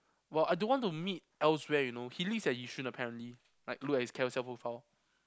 well I don't want to meet elsewhere you know he lives at Yishun apparently like look at his Carousell profile